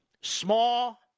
small